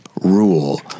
rule